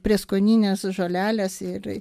prieskonines žoleles ir